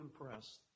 impressed